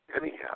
anyhow